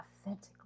authentically